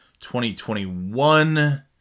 2021